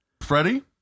Freddie